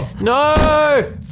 No